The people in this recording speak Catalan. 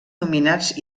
nominats